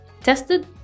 tested